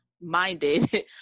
minded